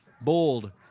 bold